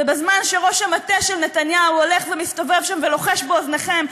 ובזמן שראש המטה של נתניהו הולך ומסתובב שם ולוחש באוזניכם,